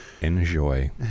enjoy